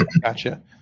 Gotcha